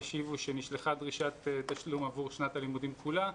השיבו שנשלחה דרישת תשלום עבור שנת הלימודים כולה,